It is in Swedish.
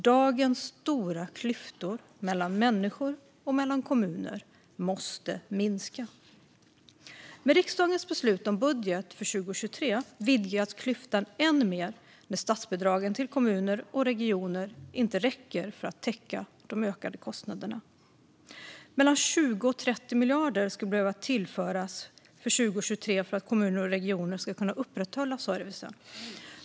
Dagens stora klyftor mellan människor och mellan kommuner måste minska. Med riksdagens beslut om budget för 2023 vidgas klyftan än mer när statsbidragen till kommuner och regioner inte räcker för att täcka de ökade kostnaderna. Mellan 20 och 30 miljarder kronor skulle behöva tillföras för 2023 för att kommuner och regioner ska kunna upprätthålla servicen.